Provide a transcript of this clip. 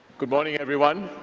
good morning, everyone.